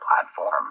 platform